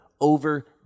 over